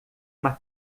uma